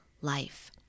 life